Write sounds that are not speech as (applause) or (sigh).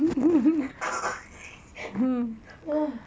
(laughs)